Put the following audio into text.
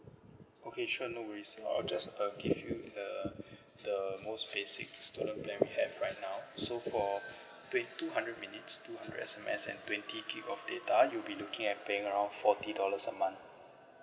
okay sure no worries I'll just uh give you the the most basic instalment plan we have right now so for twen~ two hundred minutes two hundred S_M_S and twenty gig of data you'll be looking at paying around forty dollars a month